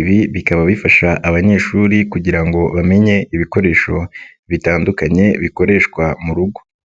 Ibi bikaba bifasha abanyeshuri kugira ngo bamenye ibikoresho bitandukanye, bikoreshwa mu rugo.